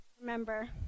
remember